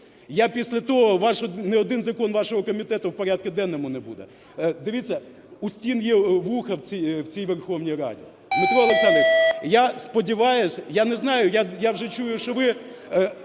Після того ні один закон вашого комітету у порядку денному не буде". Дивіться, у стін є вуха в цій Верховній Раді. Дмитро Олександрович, я сподіваюся, я не знаю, я вже чую, що ви